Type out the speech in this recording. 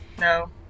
No